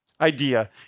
idea